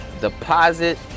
deposit